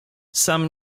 sam